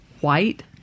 white